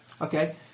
okay